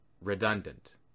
redundant